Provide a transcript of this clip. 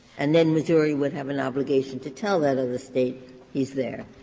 and then missouri would have an obligation to tell that other state he's there.